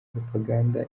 propaganda